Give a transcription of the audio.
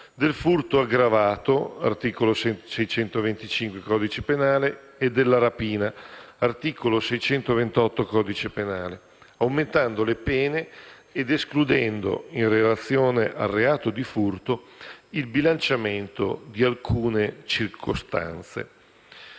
del furto aggravato (articolo 625 del codice penale) e della rapina (articolo 628 del codice penale), aumentando le pene ed escludendo - in relazione al reato di furto - il bilanciamento di alcune circostanze.